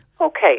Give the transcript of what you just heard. Okay